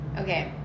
Okay